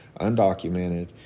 undocumented